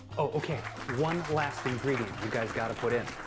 okay. one last ingredient you guys got to put in.